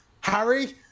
Harry